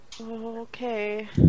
Okay